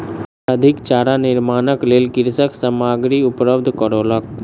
अधिक चारा निर्माणक लेल कृषक सामग्री उपलब्ध करौलक